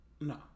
No